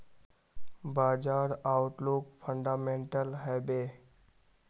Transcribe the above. बाजार outlook fundamental हैवै?